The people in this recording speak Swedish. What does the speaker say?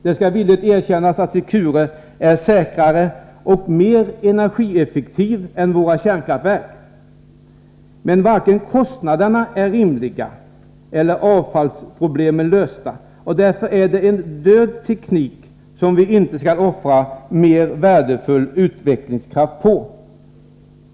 Det skall villigt erkännas att Secure är säkrare och mer energieffektiv än våra kärnkraftverk, men kostnaderna är inte rimliga och avfallsproblemen inte lösta, och därför är det en död teknik, som vi inte skall offra mer värdefull utvecklingskraft på.